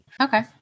Okay